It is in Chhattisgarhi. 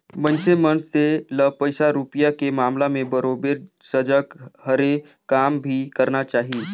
मइनसे मन से ल पइसा रूपिया के मामला में बरोबर सजग हरे काम भी करना चाही